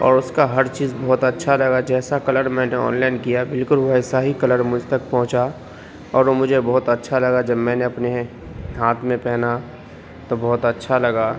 اور اس کا ہر چیز بہت اچھا لگا جیسا کلر میں نے آن لائن کیا بالکل ویسا ہی کلر مجھ تک پہنچا اور وہ مجھے بہت اچھا لگا جب میں نے اپنے ہاتھ میں پہنا تو بہت اچھا لگا